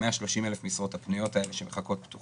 ה-130,000 משרות הפנויות האלה שמחכות פתוחות.